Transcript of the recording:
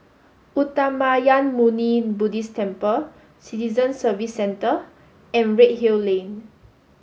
Uttamayanmuni Buddhist Temple Citizen Service Centre and Redhill Lane